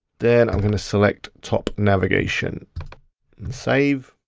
then i'm gonna select top navigation and save.